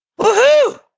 Woohoo